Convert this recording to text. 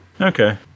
Okay